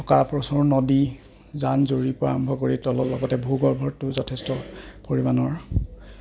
থকা প্ৰচুৰ নদী জান জুৰিৰপৰা আৰম্ভ কৰি তলৰ লগতে ভূগৰ্ভটো যথেষ্ট পৰিমাণৰ